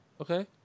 Okay